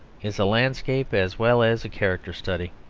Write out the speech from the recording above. is a landscape as well as a character study.